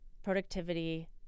Productivity